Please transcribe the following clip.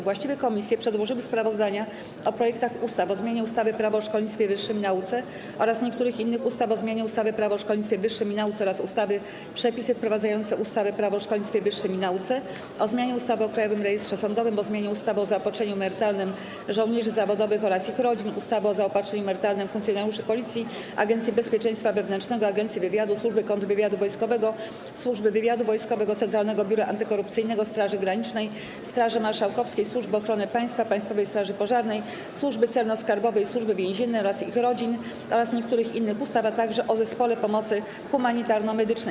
Właściwe komisje przedłożyły sprawozdania o projektach ustaw: - o zmianie ustawy - Prawo o szkolnictwie wyższym i nauce oraz niektórych innych ustaw, - o zmianie ustawy - Prawo o szkolnictwie wyższym i nauce oraz ustawy - Przepisy wprowadzające ustawę - Prawo o szkolnictwie wyższym i nauce, - o zmianie ustawy o Krajowym Rejestrze Sądowym, - o zmianie ustawy o zaopatrzeniu emerytalnym żołnierzy zawodowych oraz ich rodzin, ustawy o zaopatrzeniu emerytalnym funkcjonariuszy Policji, Agencji Bezpieczeństwa Wewnętrznego, Agencji Wywiadu, Służby Kontrwywiadu Wojskowego, Służby Wywiadu Wojskowego, Centralnego Biura Antykorupcyjnego, Straży Granicznej, Straży Marszałkowskiej, Służby Ochrony Państwa, Państwowej Straży Pożarnej, Służby Celno-Skarbowej i Służby Więziennej oraz ich rodzin oraz niektórych innych ustaw, - o Zespole Pomocy Humanitarno-Medycznej.